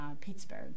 Pittsburgh